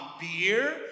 beer